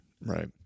Right